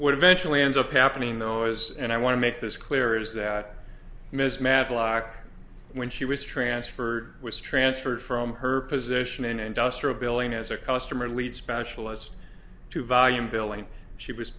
what eventually ends up happening though as and i want to make this clear is that ms matlock when she was transferred was transferred from her position in industrial billing as a customer lead specialists to volume billing she was